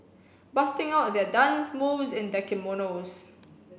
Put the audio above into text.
busting out their dance moves in their kimonos